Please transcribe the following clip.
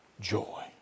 joy